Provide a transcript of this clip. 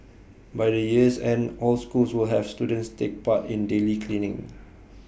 by the year's end all schools will have students take part in daily cleaning